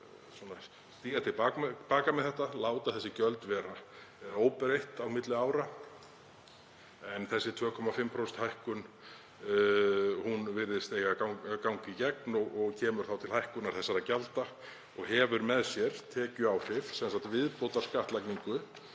stíga til baka með þetta, láta þessi gjöld vera óbreytt á milli ára. En þessi 2,5% hækkun virðist eiga að ganga í gegn og kemur þá til hækkunar gjaldanna og hefur með sér tekjuáhrif, sem sagt viðbótarskattlagningu